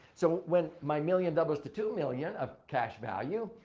so, when my million doubles to two million of cash value,